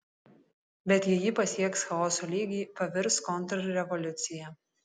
bet jei ji pasieks chaoso lygį pavirs kontrrevoliucija